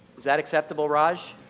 that acceptable, raj?